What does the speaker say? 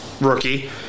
rookie